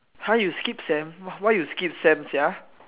!huh! you skip sem why you skip sem sia